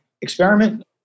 experiment